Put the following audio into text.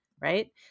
Right